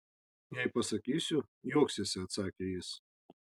jei pasakysiu juoksiesi atsakė jis